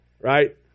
right